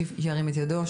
שירים את ידו.